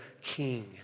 king